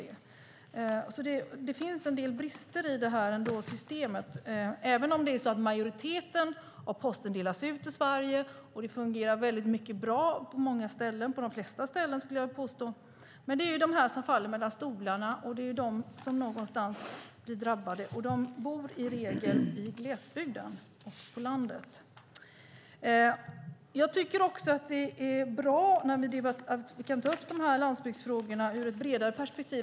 Det finns alltså en del brister i systemet, även om majoriteten av posten delas ut i Sverige och väldigt mycket fungerar bra på många ställen. Det fungerar bra på de flesta ställen, skulle jag vilja påstå. Men det finns de som faller mellan stolarna, och det är de som någonstans blir drabbade. De bor i regel i glesbygden och på landet. Jag tycker att det är bra att vi kan ta upp landsbygdsfrågorna ur ett bredare perspektiv.